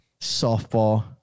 softball